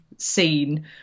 scene